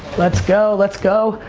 let's go, let's go.